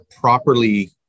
properly